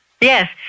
Yes